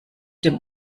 dem